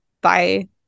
Bye